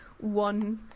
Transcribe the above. one